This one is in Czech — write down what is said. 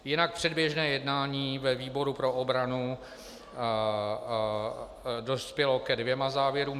Jinak předběžné jednání ve výboru pro obranu dospělo ke dvěma závěrům.